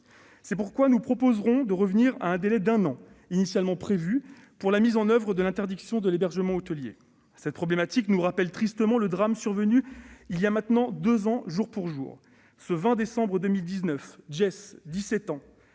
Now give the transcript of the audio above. C'est pourquoi nous proposerons de revenir au délai d'un an initialement prévu pour la mise en oeuvre de l'interdiction de l'hébergement hôtelier. Cette problématique nous rappelle tristement le drame survenu il y a deux ans, presque jour pour jour. Le 20 décembre 2019, Jess, 17 ans,